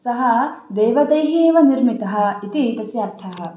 सः देवतैः एव निर्मितः इति तस्य अर्थः